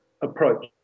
approach